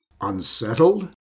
unsettled